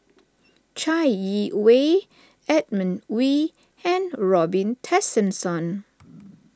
Chai Yee Wei Edmund Wee and Robin Tessensohn